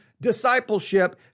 discipleship